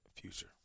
future